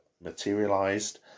materialized